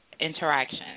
interaction